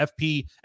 FP